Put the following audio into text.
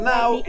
Now